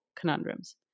conundrums